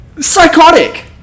Psychotic